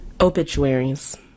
Obituaries